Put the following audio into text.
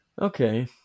Okay